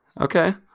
Okay